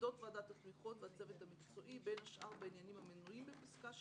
עמדות ועדת התמיכות והצוות המקצועי בין השאר בעניינים המנויים בפסקה (2)